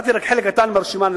אני קראתי רק חלק קטן מהרשימה,